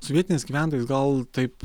su vietiniais gyventojais gal taip